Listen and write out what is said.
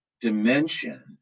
dimension